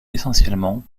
essentiellement